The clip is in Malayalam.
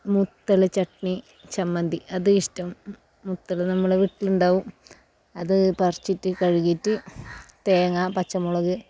മുത്തല ചട്നി ചമ്മന്തി അത് ഇഷ്ട്ടം മുത്തല നമ്മളെ വീട്ടിലിണ്ടാവും അത് പറിച്ചിറ്റ് കഴുകീറ്റ് തേങ്ങ പച്ചമുളക്